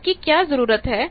उसकी क्या जरूरत है